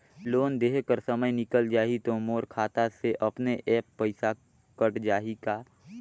Loan देहे कर समय निकल जाही तो मोर खाता से अपने एप्प पइसा कट जाही का?